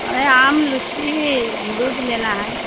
हँ आम लीची अमरूद लेना है